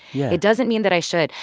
yeah. it doesn't mean that i should.